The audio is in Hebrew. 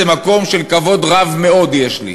מקום של כבוד רב מאוד יש לי,